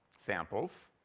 samples?